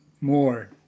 more